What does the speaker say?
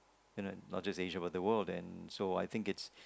you know not just Asia but the world and so I think it's